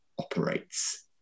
operates